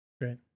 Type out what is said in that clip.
Great